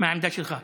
הצבעתי מהעמדה שלי.